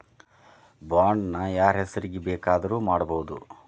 Bond ನ ಯಾರ್ಹೆಸ್ರಿಗ್ ಬೆಕಾದ್ರುಮಾಡ್ಬೊದು?